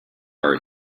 her